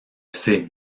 sais